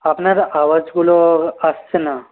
আপনার আওয়াজগুলো আসছে না